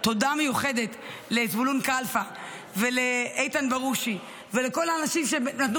מיוחדת לזבולון כלפה ולאיתן ברושי ולכל האנשים שנתנו